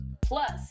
Plus